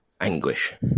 anguish